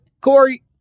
Corey